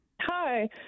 Hi